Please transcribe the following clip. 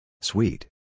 Sweet